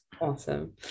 Awesome